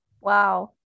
Wow